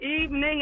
evening